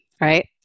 right